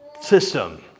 system